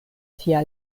sia